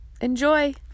Enjoy